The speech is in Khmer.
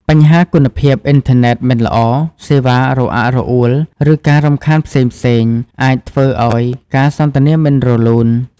បញ្ហាគុណភាពអ៊ីនធឺណិតមិនល្អ សេវារអាក់រអួល ឬការរំខានផ្សេងៗ អាចធ្វើឱ្យការសន្ទនាមិនរលូន។